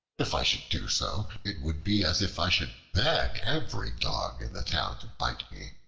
if i should do so, it would be as if i should beg every dog in the town to bite me.